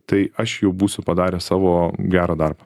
tai aš jau būsiu padaręs savo gerą darbą